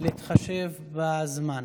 להתחשב בזמן.